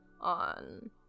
on